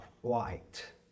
white